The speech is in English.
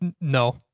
No